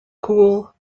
cool